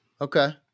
Okay